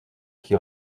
qui